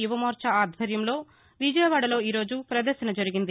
యువమోర్చా ఆధ్వర్యంలో విజయవాడలో ఈరోజు ప్రదర్శన జరిగింది